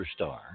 superstar